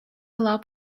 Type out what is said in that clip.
lab